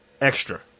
extra